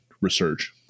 research